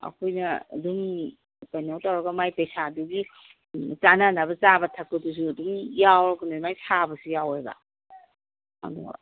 ꯑꯩꯈꯣꯏꯅ ꯑꯗꯨꯝ ꯀꯩꯅꯣ ꯇꯧꯔꯒ ꯃꯥꯒꯤ ꯄꯩꯁꯥꯗꯨꯒꯤ ꯆꯥꯟꯅꯅꯕ ꯆꯥꯕ ꯊꯛꯄꯗꯨꯁꯨ ꯑꯗꯨꯝ ꯌꯥꯎꯔꯕꯅꯤꯅ ꯑꯗꯨꯃꯥꯏꯅ ꯁꯥꯕꯁꯨ ꯌꯥꯎꯋꯦꯕ ꯑꯗꯨꯒ